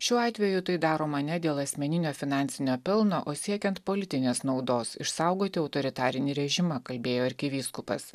šiuo atveju tai daroma ne dėl asmeninio finansinio pelno o siekiant politinės naudos išsaugoti autoritarinį režimą kalbėjo arkivyskupas